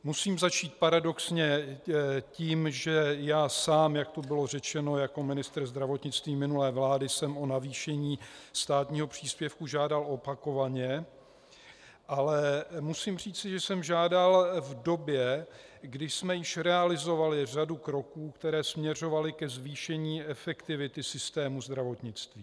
Musím začít paradoxně tím, že já sám, jak tu bylo řečeno, jako ministr zdravotnictví minulé vlády jsem o navýšení státního příspěvku žádal opakovaně, ale musím říci, že jsem žádal v době, kdy jsme již realizovali řadu kroků, které směřovaly ke zvýšení efektivity systému zdravotnictví.